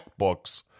MacBooks